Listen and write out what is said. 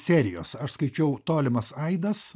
serijos aš skaičiau tolimas aidas